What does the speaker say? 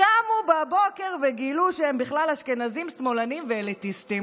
קמו בבוקר וגילו שהם בכלל אשכנזים שמאלנים ואליטיסטים.